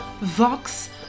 Vox